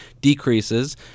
decreases